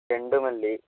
ചെണ്ടുമല്ലി